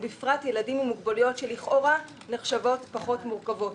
ובפרט ילדים עם מוגבלויות שלכאורה נחשבות פחות מורכבות.